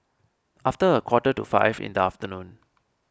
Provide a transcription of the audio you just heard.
after a quarter to five in the afternoon